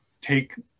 take